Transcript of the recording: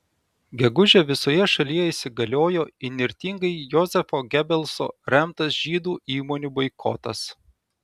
gegužę visoje šalyje įsigaliojo įnirtingai jozefo gebelso remtas žydų įmonių boikotas